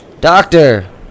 Doctor